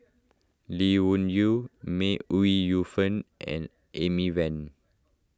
Lee Wung Yew May Ooi Yu Fen and Amy Van